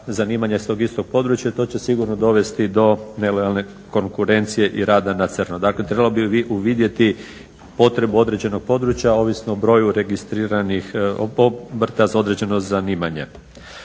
zanimanja iz tog istog područja. I to će sigurno dovesti do nelojalne konkurencije i rada na crno. Dakle trebalo bi uvidjeti potrebu određenog područja ovisno o broju registriranih obrta za određeno zanimanje.